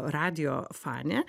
radijo fanė